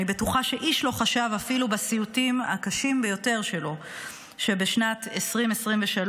אני בטוחה שאיש לא חשב אפילו בסיוטים הקשים ביותר שלו שבשנת 2023,